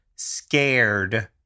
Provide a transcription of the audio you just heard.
scared